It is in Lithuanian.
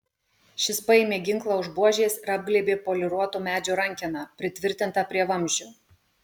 šis paėmė ginklą už buožės ir apglėbė poliruoto medžio rankeną pritvirtintą prie vamzdžio